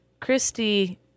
Christy